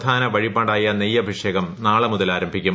പ്രധാന വഴിപ്പാട്ടായ നെയ്യഭിഷേകം നാളെ മുതൽ ആരംഭിക്കും